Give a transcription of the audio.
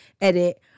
edit